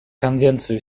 конвенцию